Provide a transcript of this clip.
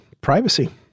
Privacy